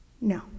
No